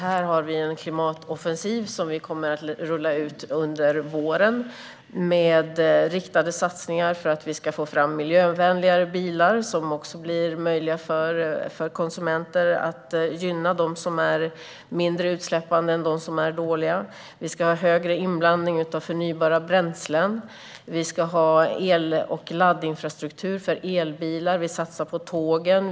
Här har vi en klimatoffensiv som vi kommer att rulla ut under våren med riktade satsningar för att få fram miljövänligare bilar. Det blir då möjligt för konsumenter att gynna de bilar som släpper ut mindre avgaser jämfört de som är dåliga för miljön. Det ska bli en högre inblandning av förnybara bränslen. Det ska genomföras en el och laddinfrastruktur för elbilar. Vi satsar på tågen.